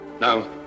Now